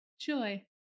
Joy